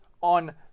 on